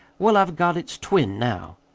well, i've got its twin now.